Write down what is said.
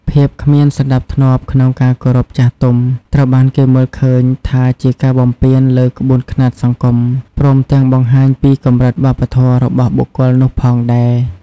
ភាពគ្មានសណ្តាប់ធ្នាប់ក្នុងការគោរពចាស់ទុំ ត្រូវបានគេមើលឃើញថាជាការបំពានលើក្បួនខ្នាតសង្គម ព្រមទាំងបង្ហាញពីកំរិតវប្បធម៌របស់បុគ្គលនោះផងដែរ។